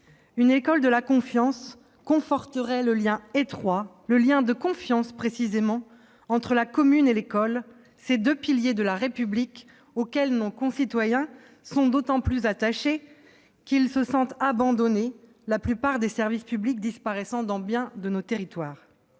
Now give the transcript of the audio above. Une école de la confiance conforterait le lien étroit, le lien de confiance, précisément, entre la commune et l'école, ces deux piliers de la République, auxquels nos concitoyens sont d'autant plus attachés qu'ils se sentent abandonnés, la plupart des services publics disparaissant dans bien des territoires.